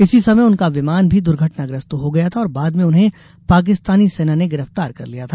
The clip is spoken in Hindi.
इसी समय उनका विमान भी दुर्घटनाग्रस्त हो गया था और बाद में उन्हें पाकिस्तानी सेना ने गिरफ्तार कर लिया था